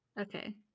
Okay